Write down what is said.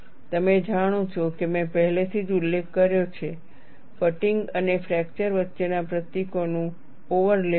તમે જાણો છો કે મેં પહેલેથી જ ઉલ્લેખ કર્યો છે ફટીગ અને ફ્રેક્ચર વચ્ચેના પ્રતીકોનું ઓવરલેપ છે